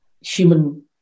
human